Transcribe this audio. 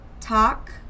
Talk